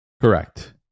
Correct